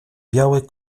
biały